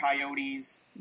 Coyotes